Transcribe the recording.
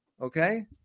Okay